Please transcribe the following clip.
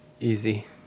Easy